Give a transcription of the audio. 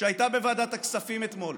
שהייתה בוועדת הכספים אתמול,